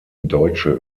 deutsche